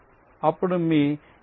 అప్పుడు మీ N 8 మరియు R 6 అవుతుంది